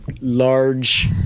large